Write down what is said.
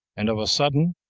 and of a sudden,